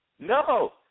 No